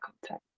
content